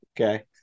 Okay